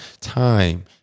time